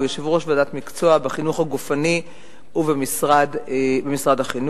והוא יושב-ראש ועדת מקצוע בחינוך הגופני ובמשרד החינוך.